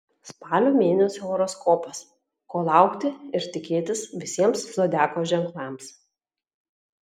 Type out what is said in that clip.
spalio mėnesio horoskopas ko laukti ir tikėtis visiems zodiako ženklams